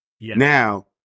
Now